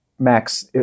Max